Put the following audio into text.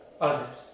others